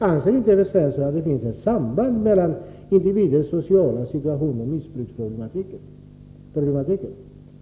Anser inte Evert Svensson att det finns ett samband mellan individens sociala situation och missbruksproblematiken?